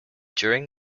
during